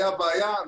הייתה בעיה,